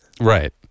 Right